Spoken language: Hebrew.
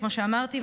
כמו שאמרתי,